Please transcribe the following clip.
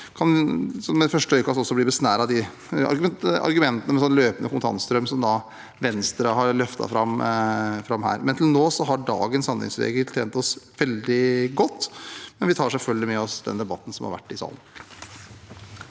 om man ved første øyekast kan bli besnæret av de argumentene om en løpende kontantstrøm som Venstre har løftet fram. Til nå har dagens handlingsregel tjent oss veldig godt, men vi tar selvfølgelig med oss debatten som har vært i salen.